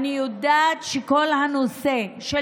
העלולות להתפשט,